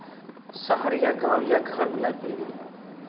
शहर या गाँव या घर में लाइब्रेरी